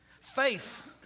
Faith